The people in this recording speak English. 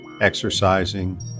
exercising